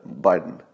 Biden